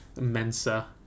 Mensa